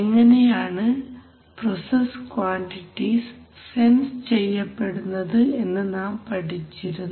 എങ്ങനെയാണ് process quantities sense ചെയ്യപ്പെടുന്നത് എന്ന് നാം പഠിച്ചിരുന്നു